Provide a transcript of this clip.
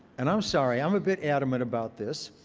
and i'm sorry, i'm a bit adamant about this.